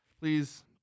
please